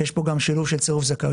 שיש פה גם שילוב של צירוף זכאויות.